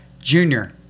Junior